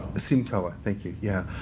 simcoa, thank you, yeah,